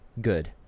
good